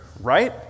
right